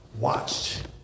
watched